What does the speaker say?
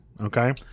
okay